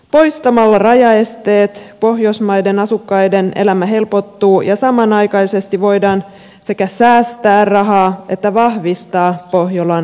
poistamalla rajaesteet pohjoismaiden asukkaiden elämä helpottuu ja samanaikaisesti voidaan sekä säästää rahaa että vahvistaa pohjolan kilpailukykyä